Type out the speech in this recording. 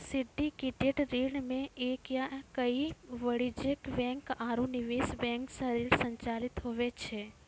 syndicated ऋण मे एक या कई वाणिज्यिक बैंक आरू निवेश बैंक सं ऋण संचालित हुवै छै